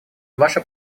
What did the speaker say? ваше